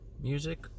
Music